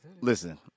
Listen